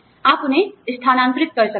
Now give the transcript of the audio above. आप उन्हें स्थानांतरित कर सकते हैं